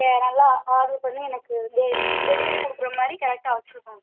வேறு நல்லா ஆர்டர் பண்ணி எனக்கு டெ டெலிவரி கொடுக்குற மாதிரி கரெக்டாக வச்சுருக்கணும்